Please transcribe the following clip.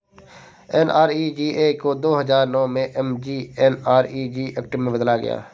NREGA को दो हजार नौ में एम.जी.एन.आर.इ.जी एक्ट में बदला गया